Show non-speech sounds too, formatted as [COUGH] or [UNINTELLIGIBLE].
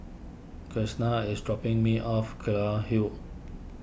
[UNINTELLIGIBLE] is dropping me off Kelulut Hill